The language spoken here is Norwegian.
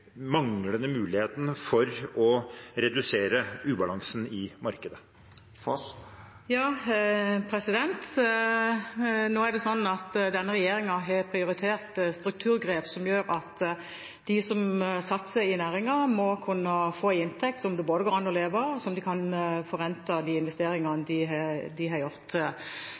manglende muligheten for å redusere ubalansen i markedet? Denne regjeringen har prioritert strukturgrep som gjør at de som satser i næringen, må kunne få en inntekt som det går an å leve av, og som kan forrente de investeringene de har gjort. Når bøndene selv er ansvarlige for å balansere markedet, har vi en forventning om at de